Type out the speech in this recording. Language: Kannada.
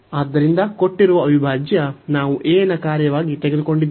ಆದ್ದರಿಂದ ಕೊಟ್ಟಿರುವ ಅವಿಭಾಜ್ಯ ನಾವು a ನ ಕಾರ್ಯವಾಗಿ ತೆಗೆದುಕೊಂಡಿದ್ದೇವೆ